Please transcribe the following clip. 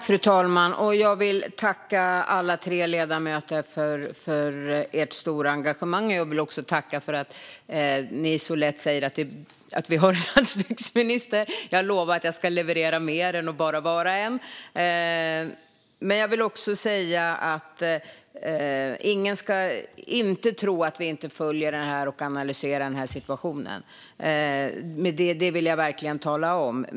Fru talman! Jag vill tacka alla tre ledamöter för ert stora engagemang. Jag vill också tacka för att ni så lätt säger att vi har en landsbygdsminister. Jag lovar att jag ska leverera mer än att bara vara en. Ingen ska tro att vi inte följer och analyserar situationen. Det vill jag verkligen tala om.